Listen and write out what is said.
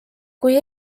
kui